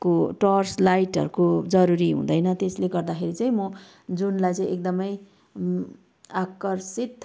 को टर्चलाइटहरूको जरुरी हुँदैन त्यसले गर्दाखेरि चाहिँ म जुनलाई चाहिँ एकदमै आकर्षित